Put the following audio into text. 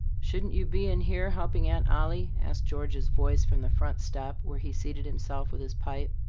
shouldn't you be in here helping aunt ollie? asked george's voice from the front step where he seated himself with his pipe.